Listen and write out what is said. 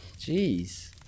Jeez